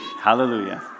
Hallelujah